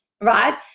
right